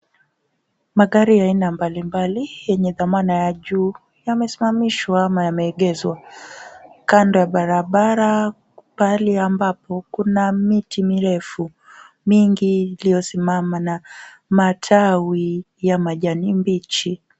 Magari ya aina mbalimbali yenye dhamana ya juu yamesimamishwa ama yameegeshwa kando ya barabara pahali ambapo kuna miti mirefu mingi iliyosimama na matawi ya majani mbichi.